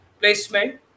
placement